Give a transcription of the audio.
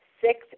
Six